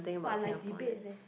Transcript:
!wah! like debate leh